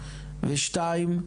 ושתיים,